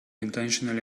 intentionally